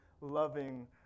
loving